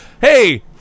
Hey